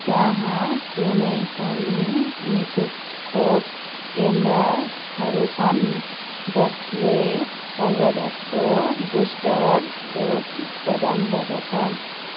त्यहाँ कुनै पनि नि शुल्क खोप केन्द्रहरू छन् जसले कर्बेभ्याक्सको बुस्टर डोज प्रदान गर्दछ